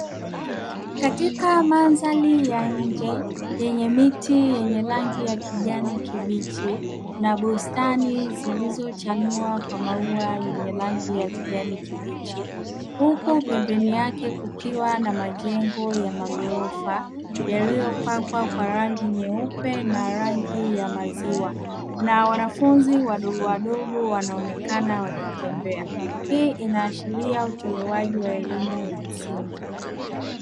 Katika mandhari ya nje yenye miti yenye rangi ya kijani kibichi na bustani zilizochanua kwa maua yenye rangi ya kijani kibichi. Huku pembeni yake kukiwa na majengo ya magorofa yaliyopakwa kwa rangi nyeupi na rangi ya maziwa, na wanafunzi wadogowadogo wanaonekana wakitembea. Hii inaashiria utolewaji wa elimu usiku."